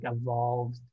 evolved